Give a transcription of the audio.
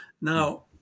Now